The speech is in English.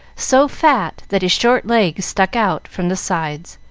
so fat that his short legs stuck out from the sides,